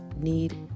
need